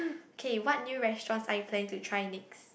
K what new restaurants are you planning to try next